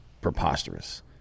preposterous